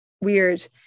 weird